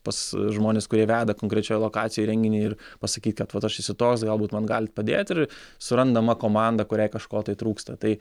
pas žmones kurie veda konkrečioje lokacijoje renginį ir pasakyt kad vat aš esu toks galbūt man galit padėti ir surandama komanda kuriai kažko tai trūksta tai